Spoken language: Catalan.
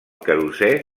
querosè